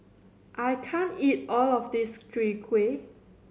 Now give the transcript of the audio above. I can't eat all of this Chwee Kueh